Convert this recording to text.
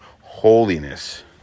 holiness